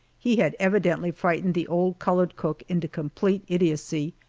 he had evidently frightened the old colored cook into complete idiocy,